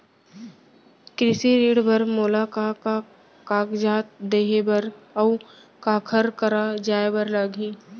कृषि ऋण बर मोला का का कागजात देहे बर, अऊ काखर करा जाए बर लागही?